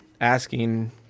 asking